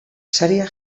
saria